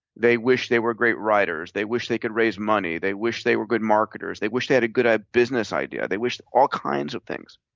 they wish they were great writers, they wish they could raise money, they wish they were good marketers, they wish they a good ah business idea. they wish all kinds of things,